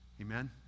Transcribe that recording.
Amen